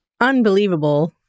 unbelievable